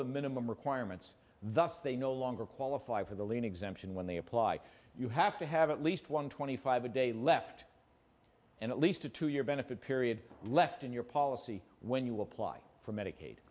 the minimum requirements thus they no longer qualify for the lien exemption when they apply you have to have at least one twenty five a day left and at least a two year benefit period left in your policy when you apply for medicaid